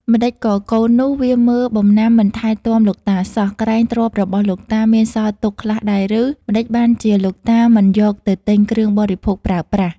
ម្តេចក៏កូននោះ វាមើលបំណាំមិនថែទាំលោកតាសោះ? ក្រែងទ្រព្យរបស់លោកតាមានសល់ទុក ខ្លះដែរឬ ម្តេចបានជាលោកតាមិនយកទៅទិញគ្រឿងបរិភោគប្រើប្រាស់ " ។